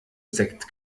sekt